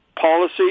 policy